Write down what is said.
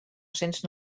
cents